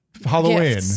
Halloween